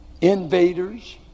invaders